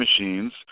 machines